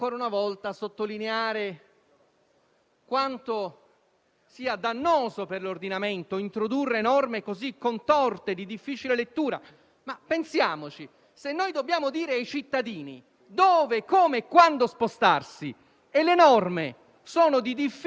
lettura. Se noi dobbiamo dire ai cittadini dove, come e quando spostarsi e le norme sono di difficile comprensione per noi che le scriviamo e le studiamo e sono di difficile comprensione anche per i giuristi,